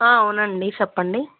అవునండి చెప్పండి